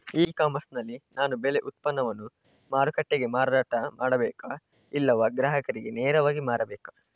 E commerce ನಲ್ಲಿ ನಾನು ಬೆಳೆ ಉತ್ಪನ್ನವನ್ನು ಮಾರುಕಟ್ಟೆಗೆ ಮಾರಾಟ ಮಾಡಬೇಕಾ ಇಲ್ಲವಾ ಗ್ರಾಹಕರಿಗೆ ನೇರವಾಗಿ ಮಾರಬೇಕಾ?